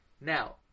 Now